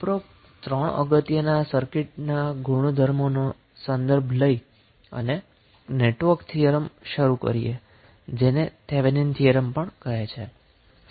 ઉપરોક્ત 3 અગત્યના સર્કિટ ગુણધર્મનો સંદર્ભ લઈ અને એક નેટવર્ક થીયરમ શરૂ કરીએ જેને થેવેનિન થીયરમ પણ કહે છે